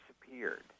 disappeared